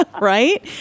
Right